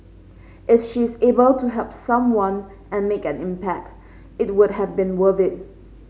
if she is able to help someone and make an impact it would have been worth it